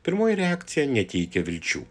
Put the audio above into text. pirmoji reakcija neteikia vilčių